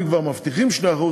אם כבר מבטיחים 2%,